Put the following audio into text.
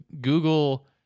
Google